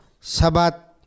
Sabat